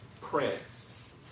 Prince